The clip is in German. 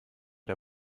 der